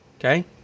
Okay